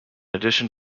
addition